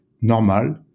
normal